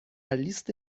لیست